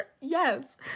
Yes